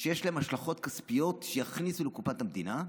שיש להם השלכות כספיות, שיכניסו לקופת המדינה,